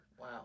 Wow